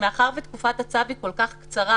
מאחר שתקופת הצו כל כך קצרה,